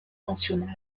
mentionnant